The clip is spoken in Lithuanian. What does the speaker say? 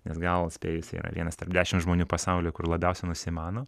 nes gal spėju jis yra vienas tarp dešimt žmonių pasaulyje kur labiausiai nusimano